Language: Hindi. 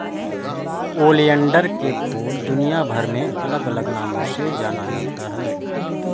ओलियंडर के फूल दुनियाभर में अलग अलग नामों से जाना जाता है